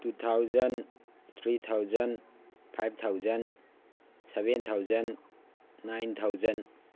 two thousand three thousand five thousand seven thousand nine thousand